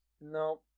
No